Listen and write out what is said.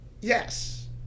yes